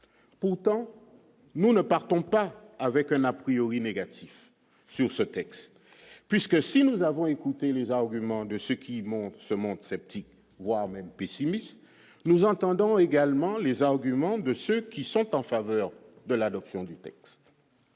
pourtant, nous ne partons pas avec un a priori négatif sur ce texte, puisque si nous avons écouté les arguments de ceux qui montent ce monde sceptique, voire même pessimiste, nous entendons également les arguments de ceux qui sont en faveur de l'adoption du texte,